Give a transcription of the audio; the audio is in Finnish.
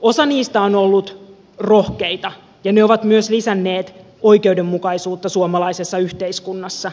osa niistä on ollut rohkeita ja ne ovat myös lisänneet oikeudenmukaisuutta suomalaisessa yhteiskunnassa